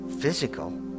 physical